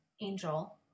Angel